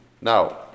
Now